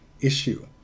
issue